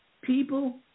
People